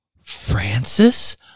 francis